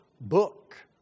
book